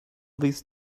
these